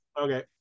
Okay